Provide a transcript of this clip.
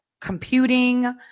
computing